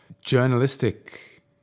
journalistic